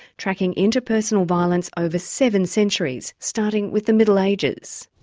tracking interpersonal violence over seven centuries starting with the middle ages.